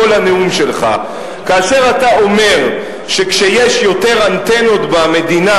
בכל הנאום שלך: כאשר אתה אומר שכשיש יותר אנטנות במדינה